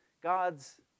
God's